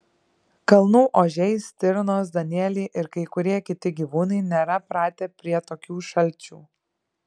kalnų ožiai stirnos danieliai ir kai kurie kiti gyvūnai nėra pratę prie tokių šalčių